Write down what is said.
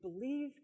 believe